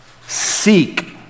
Seek